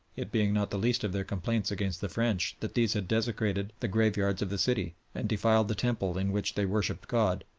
it being not the least of their complaints against the french that these had desecrated the graveyards of the city, and defiled the temple in which they worshipped god.